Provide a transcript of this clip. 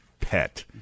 pet